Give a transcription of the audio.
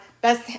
best